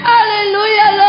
Hallelujah